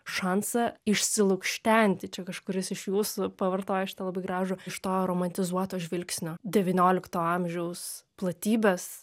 šansą išsilukštenti čia kažkuris iš jūsų pavartojo šitą labai gražų iš to romantizuoto žvilgsnio devyniolikto amžiaus platybes